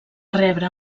rebre